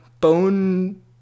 bone